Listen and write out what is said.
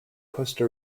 costa